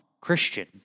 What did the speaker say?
Christian